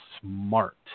smart